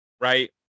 right